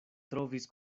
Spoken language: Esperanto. trovis